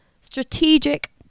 strategic